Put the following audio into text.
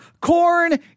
corn